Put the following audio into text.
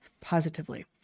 positively